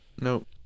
Nope